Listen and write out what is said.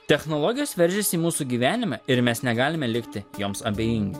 technologijos veržiasi į mūsų gyvenimą ir mes negalime likti joms abejingi